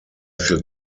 viel